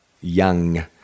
young